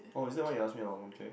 oh is that why you ask me about mooncake